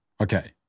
okay